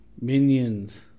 minions